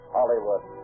Hollywood